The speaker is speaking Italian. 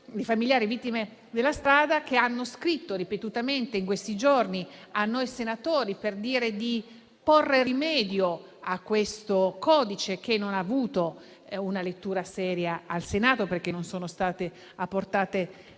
di familiari di vittime della strada hanno scritto ripetutamente in questi giorni a noi senatori per dire di porre rimedio a questo codice che non ha avuto una lettura seria al Senato, perché non sono state apportate